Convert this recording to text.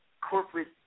corporate